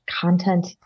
content